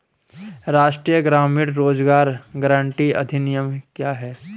राष्ट्रीय ग्रामीण रोज़गार गारंटी अधिनियम क्या है?